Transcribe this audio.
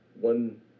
one